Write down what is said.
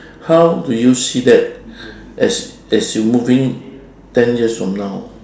how do you see that as as you moving ten years from now